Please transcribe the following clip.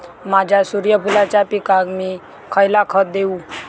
माझ्या सूर्यफुलाच्या पिकाक मी खयला खत देवू?